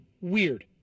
weird